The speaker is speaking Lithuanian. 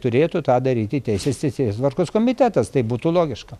turėtų tą daryti teisės teisėtvarkos komitetas tai būtų logiška